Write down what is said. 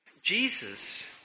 Jesus